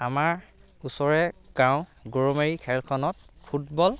আমাৰ ওচৰে গাঁও গৰৈমাৰী খেৰখনত ফুটবল